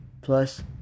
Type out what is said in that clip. plus